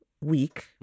week